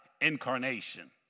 incarnation